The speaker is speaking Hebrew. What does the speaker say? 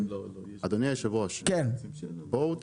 גורם שייקבע צריך להיות גורם מסוים.